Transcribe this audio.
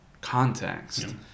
context